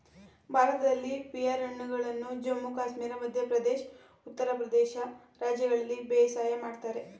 ಭಾರತದಲ್ಲಿ ಪಿಯರ್ ಹಣ್ಣುಗಳನ್ನು ಜಮ್ಮು ಕಾಶ್ಮೀರ ಮಧ್ಯ ಪ್ರದೇಶ್ ಉತ್ತರ ಪ್ರದೇಶ ರಾಜ್ಯಗಳಲ್ಲಿ ಬೇಸಾಯ ಮಾಡ್ತರೆ